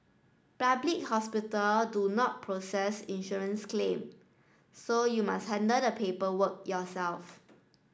public hospital do not process insurance claim so you must handle another paperwork yourself